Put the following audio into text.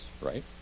right